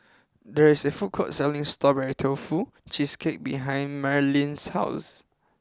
there is a food court selling Strawberry Tofu Cheesecake behind Marleen's house